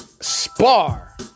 spar